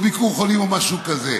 או ביקור חולים או משהו כזה.